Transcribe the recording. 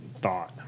thought